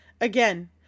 Again